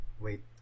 wait